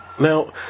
now